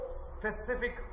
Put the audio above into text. specific